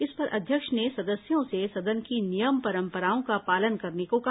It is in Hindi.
इस पर अध्यक्ष ने सदस्यों से सदन की नियम परंपराओं का पालन करने को कहा